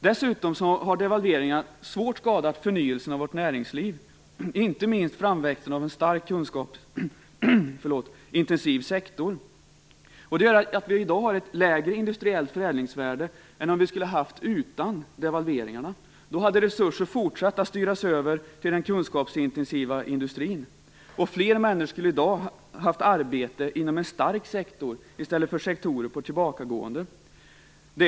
Dessutom har devalveringarna svårt skadat förnyelsen av vårt näringsliv, inte minst framväxten av en stark kunskapsintensiv sektor. Det gör att vi i dag har ett lägre industriellt förädlingsvärde än vad vi skulle ha haft utan devalveringarna. Då hade resurser fortsatt att styras över till den kunskapsintensiva industrin. Fler människor skulle i dag ha haft arbete inom en stark sektor i stället för i sektorer på tillbakagående.